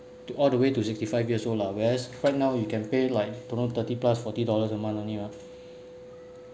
to all the way to sixty five years old lah whereas right now you can pay like thirty plus forty dollars a month only lor